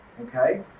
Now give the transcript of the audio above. Okay